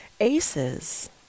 ACEs